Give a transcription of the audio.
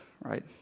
right